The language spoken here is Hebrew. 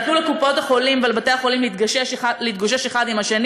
נתנו לקופות-החולים ולבתי-החולים להתגושש אלה עם אלה,